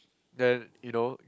then you know